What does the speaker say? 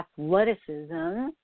athleticism